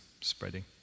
spreading